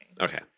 Okay